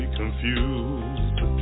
confused